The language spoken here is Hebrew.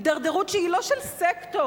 הידרדרות שהיא לא של סקטור.